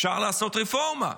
אפשר לעשות רפורמה,